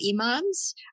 imams